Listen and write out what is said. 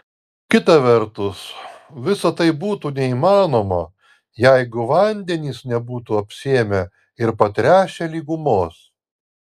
kita vertus visa tai būtų neįmanoma jeigu vandenys nebūtų apsėmę ir patręšę lygumos